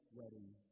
wedding